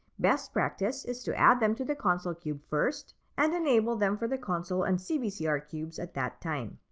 best practice is to add them to the consol cube first, and enable them for the consol and cbcr cubes at that time.